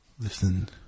Listen